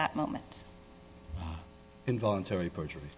that moment involuntary perjury